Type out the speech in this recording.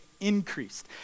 increased